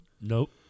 Nope